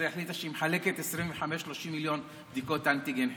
החליטה שהיא מחלקת 25 30 מיליון בדיקות אנטיגן חינם,